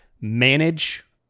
manage